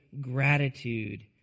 gratitude